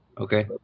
Okay